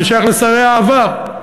זה שייך לשרי העבר.